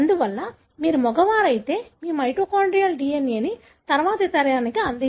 అందువల్ల మీరు మగవారైతే మీ మైటోకాన్డ్రియల్ DNA ని తరువాతి తరానికి అందించరు